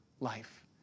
life